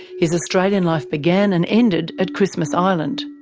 his australian life began and ended at christmas island.